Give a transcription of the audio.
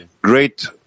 great